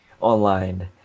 online